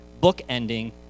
book-ending